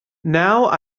now